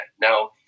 Now